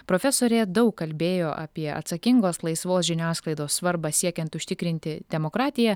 profesorė daug kalbėjo apie atsakingos laisvos žiniasklaidos svarbą siekiant užtikrinti demokratiją